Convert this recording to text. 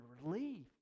relief